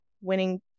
winning